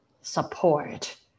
support